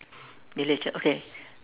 village okay